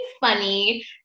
funny